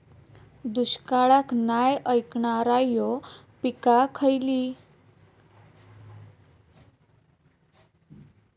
दुष्काळाक नाय ऐकणार्यो पीका खयली?